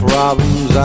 problems